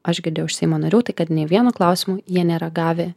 aš girdėjau iš seimo narių tai kad nei vieno klausimo jie nėra gavę